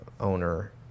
owner